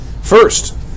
First